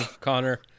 Connor